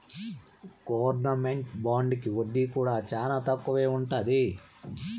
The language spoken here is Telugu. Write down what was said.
గవర్నమెంట్ బాండుకి వడ్డీ కూడా చానా తక్కువే ఉంటది